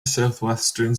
southwestern